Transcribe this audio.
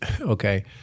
okay